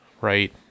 right